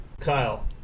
Kyle